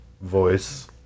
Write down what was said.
voice